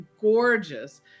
gorgeous